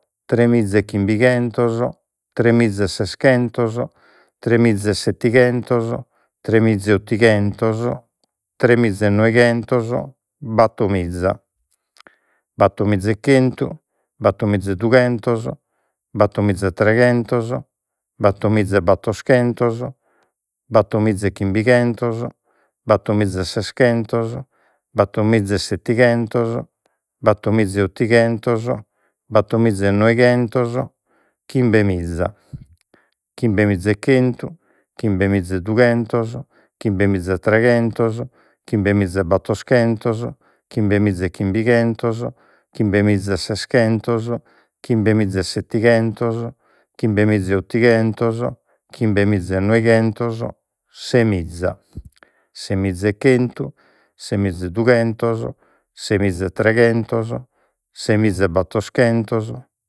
Tremiza e chimbighentos tremiza e seschentos tremiza e settighentos tremiza e ottighentos tremiza e noighentos battomiza battomiza e chentu battomiza e dughentos battomiza e treghentos battomiza e battoschentos battomiza e chimbighentos battomiza e seschentos battomiza e settighentos battomiza e ottighentos battomiza e noighentos chimbemiza chimbemiza e chentu chimbemiza e dughentos chimbemiza e treghentos chimbemiza e battoschentos chimbemiza e chimbighentos chimbemiza e seschentos chimbemiza e settighentos chimbemiza e ottighentos chimbemiza e noighentos semiza semiza e chentu semiza e dughentos semiza e treghentos semiza e battoschentos semiza e chimbighentos semiza e seschentos semiza e settighentos semiza e ottighentos semiza e noighentos settemiza settemiza e chentu settemiza e dughentos settemiza e treghentos settemiza e battoschentos